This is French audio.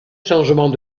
changement